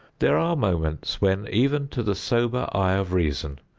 there are moments when, even to the sober eye of reason,